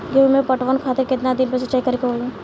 गेहूं में पटवन खातिर केतना दिन पर सिंचाई करें के होई?